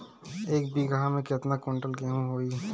एक बीगहा में केतना कुंटल गेहूं होई?